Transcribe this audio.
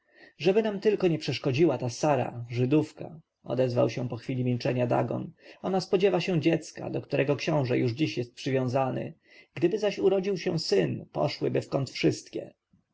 żeby nam tylko nie przeszkodziła ta sara żydówka odezwał się po chwili milczenia dagon ona spodziewa się dziecka do którego książę już dziś jest przywiązany gdyby zaś urodził się syn poszłyby w kąt wszystkie